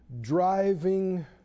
driving